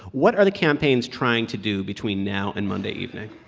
what are the campaigns trying to do between now and monday evening?